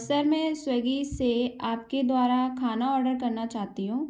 sir मैं स्वेगी से आपके द्वारा खाना ऑर्डर करना चाहती हूँ